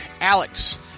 Alex